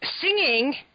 singing